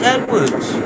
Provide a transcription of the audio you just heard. Edwards